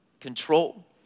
Control